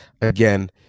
again